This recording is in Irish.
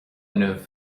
inniu